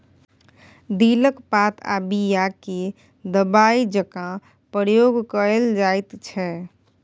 दिलक पात आ बीया केँ दबाइ जकाँ प्रयोग कएल जाइत छै